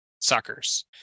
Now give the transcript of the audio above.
suckers